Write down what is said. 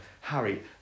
Harry